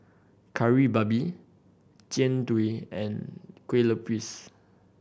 Kari Babi Jian Dui and Kueh Lupis